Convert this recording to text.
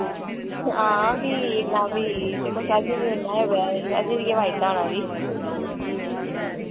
हां फ्ही इन्ना बी दिक्खो ते असें बी ते उ'न्ना गै पेआ असें बी केह् फायदा होना फ्ही